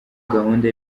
gahunda